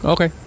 Okay